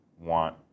want